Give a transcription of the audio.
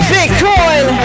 Bitcoin